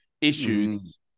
issues